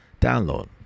download